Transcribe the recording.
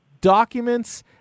documents